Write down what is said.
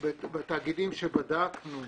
בתאגידים שבדקנו,